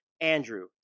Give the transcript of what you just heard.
Andrew